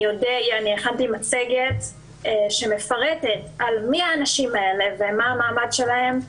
אני הכנתי מצגת שמפרטת מי האנשים האלה ומה המעמד שלהם.